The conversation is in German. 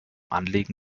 anlegen